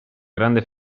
grande